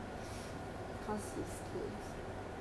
no no 事 no 事 that's why he PES E nine